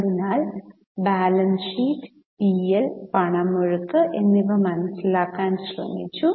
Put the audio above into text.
അതിനാൽ balance sheet P L പണമൊഴുക്ക് എന്നിവ മനസിലാക്കാൻ ശ്രമിച്ചു